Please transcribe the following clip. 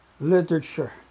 Literature